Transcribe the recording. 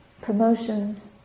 promotions